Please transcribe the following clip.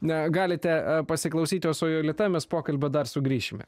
na galite pasiklausyt o su jolita mes pokalbio dar sugrįšime